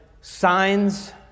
Signs